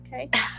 Okay